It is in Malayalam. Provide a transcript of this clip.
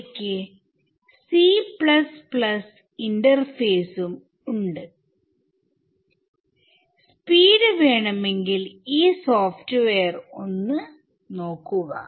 അവയ്ക്ക് C ഇന്റർഫേസും ഉണ്ട് സ്പീഡ് വേണമെങ്കിൽഈ സോഫ്റ്റ്വെയർ ഒന്ന് നോക്കുക